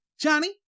Johnny